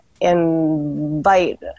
invite